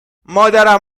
مادرم